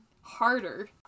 harder